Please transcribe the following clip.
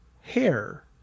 hair